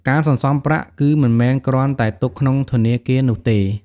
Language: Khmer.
ការសន្សំប្រាក់ គឺមិនមែនគ្រាន់តែទុកក្នុងធនាគារនោះទេ។